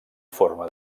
forma